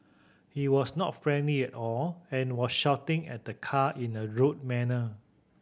he was not friendly at all and was shouting at the car in a rude manner